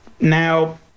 now